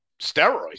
steroids